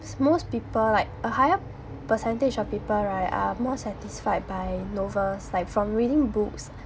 most people like a higher percentage of people right are more satisfied by novel side from reading books